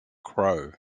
crowe